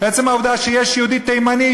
עצם העובדה שיש יהודי תימני,